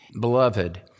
beloved